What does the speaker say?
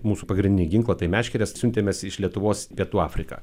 mūsų pagrindinį ginklą tai meškeres siuntėmės iš lietuvos pietų afriką